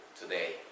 today